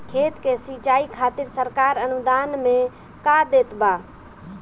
खेत के सिचाई खातिर सरकार अनुदान में का देत बा?